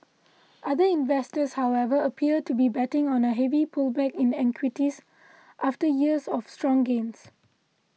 other investors however appear to be betting on a heavy pullback in equities after years of strong gains